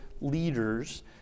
leaders